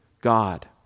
God